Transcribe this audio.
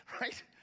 Right